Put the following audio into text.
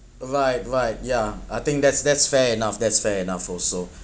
right right yeah I think that's that's fair enough that's fair enough also